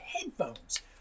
headphones